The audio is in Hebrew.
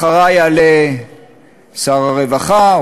אחרי יעלה שר הרווחה,